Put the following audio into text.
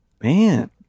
Man